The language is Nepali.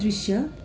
दृश्य